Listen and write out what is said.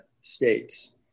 states